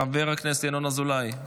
חבר הכנסת ינון אזולאי,